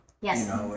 Yes